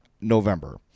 November